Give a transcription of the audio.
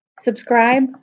Subscribe